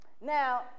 Now